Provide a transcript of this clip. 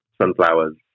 sunflowers